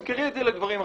תמכרי את זה לדברים אחרים.